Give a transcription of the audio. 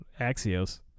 Axios